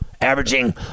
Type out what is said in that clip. averaging